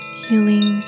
healing